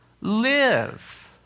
live